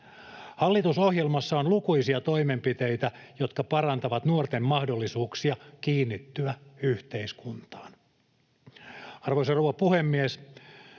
Hallitusohjelmassa on lukuisia toimenpiteitä, jotka parantavat nuorten mahdollisuuksia kiinnittyä yhteiskuntaan. Arvoisa rouva puhemies!